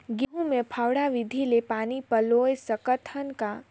गहूं मे फव्वारा विधि ले पानी पलोय सकत हन का?